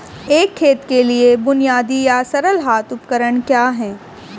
एक खेत के लिए बुनियादी या सरल हाथ उपकरण क्या हैं?